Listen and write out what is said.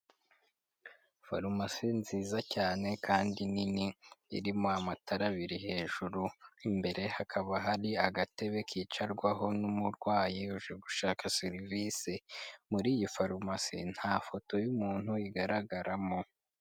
Farumasi nziza cyane kandi nini irimo amatara abiri hejuru ,imbere hakaba hari agatebe kicarwaho n'umurwayi uje gushaka serivisi muri iyi farumasi nta foto y’umuntu igaragaramo.